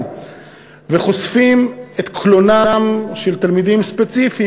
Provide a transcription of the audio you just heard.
וחושפים את קלונם של תלמידים ספציפיים,